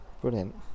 brilliant